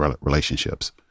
relationships